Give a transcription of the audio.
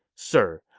sir,